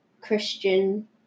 Christian